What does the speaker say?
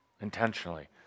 intentionally